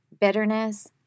bitterness